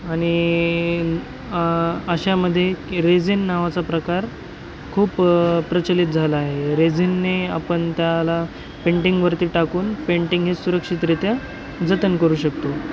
आणि अशामध्ये रेझीन नावाचा प्रकार खूप प्रचलित झाला आहे रेझीनने आपण त्याला पेंटिंगवरती टाकून पेंटिंग हे सुरक्षितरीत्या जतन करू शकतो